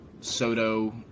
Soto